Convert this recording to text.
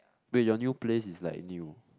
wait your new place is like new